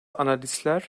analistler